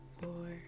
four